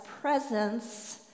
presence